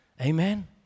Amen